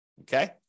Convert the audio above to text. okay